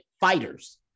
fighters